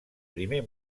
primer